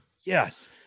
Yes